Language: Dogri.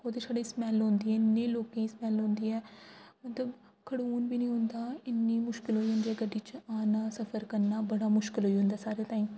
ओह्दे छडी स्मेल होंदी ऐ इ'न्ने लोकें ई स्मेल होंदी ऐ उ'त्थें खड़ोन बी निं होंदा इ'न्नी मुश्किल होई जंदी गड्डी च आना सफर करना बड़ा मुश्किल होई जंदा साढ़े ताहीं